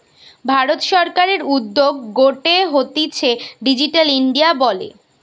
ভারত সরকারের উদ্যোগ গটে হতিছে ডিজিটাল ইন্ডিয়া বলে